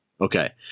Okay